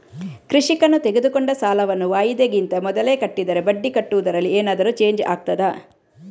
ಕೃಷಿಕನು ತೆಗೆದುಕೊಂಡ ಸಾಲವನ್ನು ವಾಯಿದೆಗಿಂತ ಮೊದಲೇ ಕಟ್ಟಿದರೆ ಬಡ್ಡಿ ಕಟ್ಟುವುದರಲ್ಲಿ ಏನಾದರೂ ಚೇಂಜ್ ಆಗ್ತದಾ?